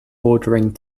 bordering